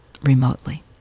remotely